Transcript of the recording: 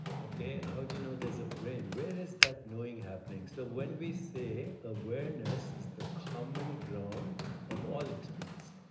okay. and how do you know there's a brain? where is that knowing happening? so when we say awareness is the common ground of all experience,